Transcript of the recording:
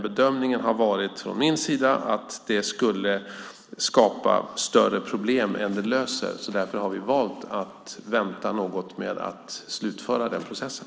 Bedömningen från min sida har dock varit att det skulle skapa större problem än det löser. Därför har vi valt att vänta något med att slutföra processen.